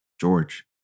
George